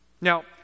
Now